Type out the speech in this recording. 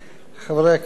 חברי הכנסת,